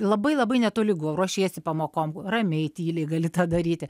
labai labai netolygų ruošiesi pamokom ramiai tyliai gali tą daryti